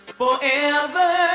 forever